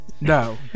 No